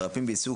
מרפאים בעיסוק,